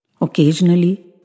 Occasionally